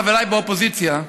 חבריי באופוזיציה,